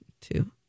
two